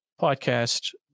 podcast